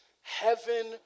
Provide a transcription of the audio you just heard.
heaven